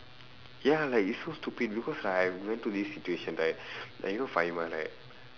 ya like it's so stupid because right we went to this situation right like you know right